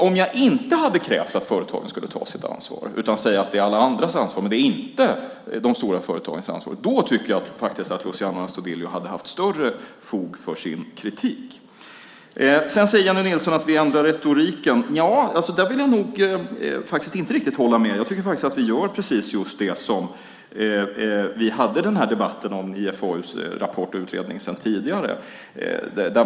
Om jag inte hade krävt att företagen skulle ta sitt ansvar utan sagt att det är alla andras ansvar men inte de stora företagens ansvar tycker jag faktiskt att Luciano Astudillo hade haft större fog för sin kritik. Jennie Nilsson säger att vi ändrar retoriken. Där vill jag nog faktiskt inte riktigt hålla med. Jag tycker nog att vi gör precis just det som vi sade i debatten om IFAU:s rapport och utredning sedan tidigare.